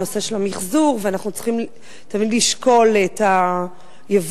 הנושא של המיחזור,